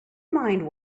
mind